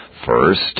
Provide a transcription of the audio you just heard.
First